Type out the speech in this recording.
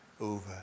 over